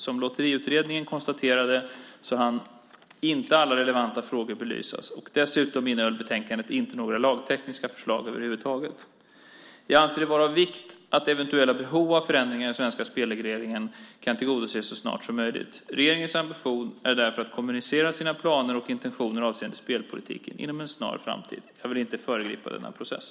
Som Lotteriutredningen konstaterade hann inte alla relevanta frågor belysas, och dessutom innehöll betänkandet inte några lagtekniska förslag över huvud taget. Jag anser det vara av vikt att eventuella behov av förändringar i den svenska spelregleringen kan tillgodoses så snart som möjligt. Regeringens ambition är därför att kommunicera sina planer och intentioner avseende spelpolitiken inom en snar framtid. Jag vill inte föregripa denna process.